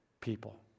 people